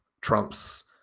trumps